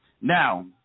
Now